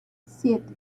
siete